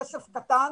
כסף קטן,